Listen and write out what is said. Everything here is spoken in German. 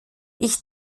ich